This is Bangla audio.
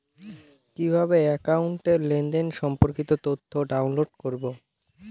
কিভাবে একাউন্টের লেনদেন সম্পর্কিত তথ্য ডাউনলোড করবো?